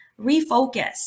refocus